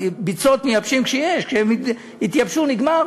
ביצות מייבשים כשיש, כשהן התייבשו, נגמר.